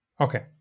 Okay